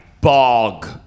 bog